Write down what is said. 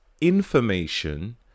information